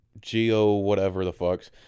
geo-whatever-the-fucks